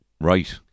Right